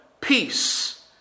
peace